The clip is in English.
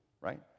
right